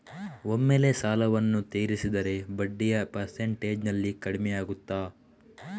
ಒಮ್ಮೆಲೇ ಸಾಲವನ್ನು ತೀರಿಸಿದರೆ ಬಡ್ಡಿಯ ಪರ್ಸೆಂಟೇಜ್ನಲ್ಲಿ ಕಡಿಮೆಯಾಗುತ್ತಾ?